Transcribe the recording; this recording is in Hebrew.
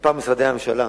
בכמה משרדי ממשלה,